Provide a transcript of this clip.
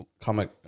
comic